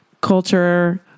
culture